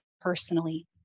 personally